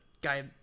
guy